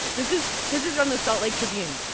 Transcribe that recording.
this is this is from the salt lake tribune.